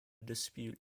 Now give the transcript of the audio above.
dispute